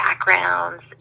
backgrounds